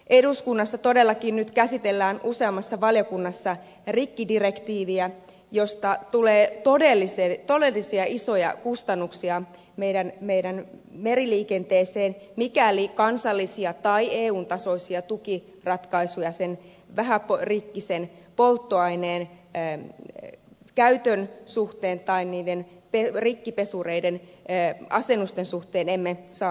eduskunnassa todellakin nyt käsitellään useammassa valiokunnassa rikkidirektiiviä josta tulee todellisia isoja kustannuksia meidän meriliikenteeseemme mikäli kansallisia tai eun tasoisia tukiratkaisuja sen vähärikkisen polttoaineen käytön tai niiden rikkipesureiden asennusten suhteen emme saa aikaan